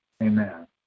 Amen